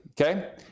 Okay